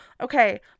Okay